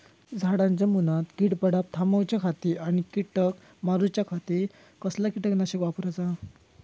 झाडांच्या मूनात कीड पडाप थामाउच्या खाती आणि किडीक मारूच्याखाती कसला किटकनाशक वापराचा?